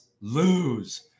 lose